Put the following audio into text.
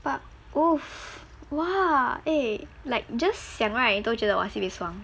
but !oof! !wah! eh like just 想 right 都觉得 !wah! sibeh 爽